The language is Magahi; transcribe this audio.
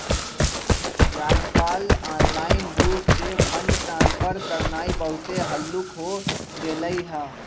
याजकाल ऑनलाइन रूप से फंड ट्रांसफर करनाइ बहुते हल्लुक् हो गेलइ ह